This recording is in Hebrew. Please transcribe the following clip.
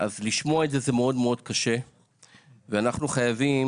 אז לשמוע את זה זה מאוד מאוד קשה ואנחנו חייבים